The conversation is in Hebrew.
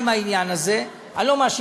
אני מבקש להסביר את העניין הזה: אני ביקשתי